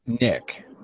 Nick